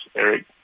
Eric